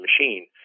machine